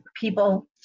people